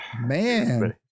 Man